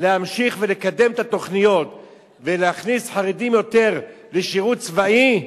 להמשיך ולקדם את התוכניות ולהכניס יותר חרדים לשירות צבאי,